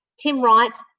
tim wright,